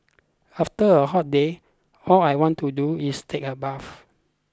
after a hot day all I want to do is take a bath